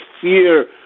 fear